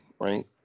right